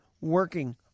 working